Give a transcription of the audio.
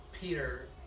Peter